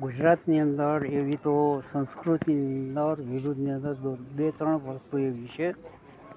ગુજરાતની અંદર એવી તો સંસ્કૃતિ વિરુદ્ધની અંદર બે ત્રણ વસ્તુ એવી છે